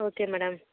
okay madam